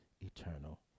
eternal